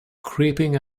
creeping